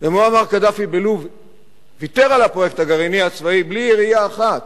ומועמר קדאפי בלוב ויתר על הפרויקט הגרעיני הצבאי בלי ירייה אחת,